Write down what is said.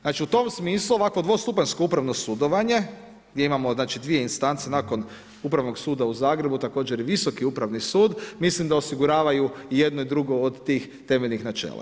Znači u tom smislu, ovako dvostupanjsko upravno sudovanje, gdje imamo 2 istance nakon upravnog suda u Zagrebu, također i Viski upravni sud, mislim da osiguravaju i jedno i drugo od tih temeljnih načela.